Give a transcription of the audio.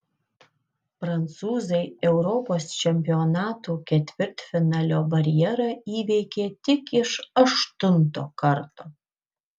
prancūzai europos čempionatų ketvirtfinalio barjerą įveikė tik iš aštunto karto